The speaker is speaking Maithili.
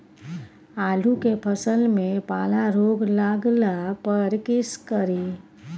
आलू के फसल मे पाला रोग लागला पर कीशकरि?